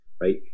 right